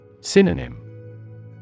Synonym